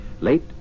late